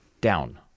down